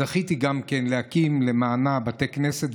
זכיתי גם להקים למענה בתי כנסת,